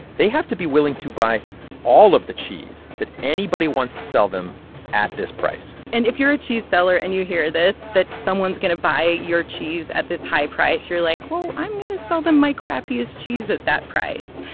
they have to be willing to buy all of the cheese that anybody wants to sell them at this price and if you're a cheese seller and you hear this that someone is going to buy your cheese at this high price you're like, well, i'm going to sell them my crappiest cheese at that price.